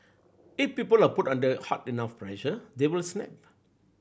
if people are put under hard enough pressure they will snap